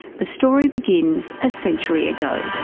the story begins a century ago.